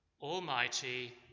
Almighty